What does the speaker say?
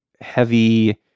heavy